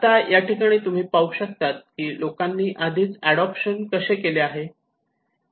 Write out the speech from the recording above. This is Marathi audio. आता या ठिकाणी तुम्ही पाहू शकतात की लोकांनी आधीच अडोप्शन कसे केले आहे